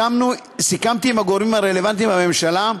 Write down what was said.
סיכמתי עם הגורמים הרלוונטיים בממשלה,